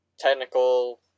Technical